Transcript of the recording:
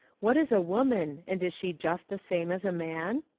what is a woman and is she just the same as a man?